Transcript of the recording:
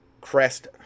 crest